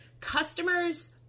Customers